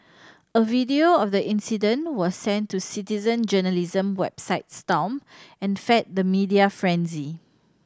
a video of the incident was sent to citizen journalism website Stomp and fed the media frenzy